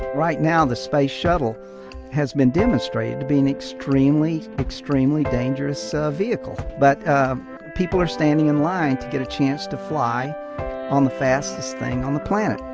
right now the space shuttle has been demonstrated to be an extremely, extremely dangerous ah vehicle. but people are standing in line to get a chance to fly on the fastest thing on the planet.